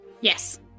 Yes